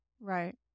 Right